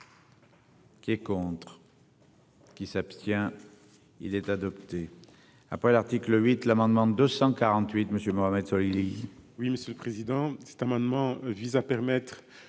Qui est contre. Qui s'abstient. Il est adopté. Après l'article 8 l'amendement 248 Monsieur Mohamed sur.